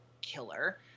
killer